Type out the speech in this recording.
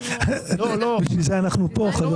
בשביל זה אנחנו פה.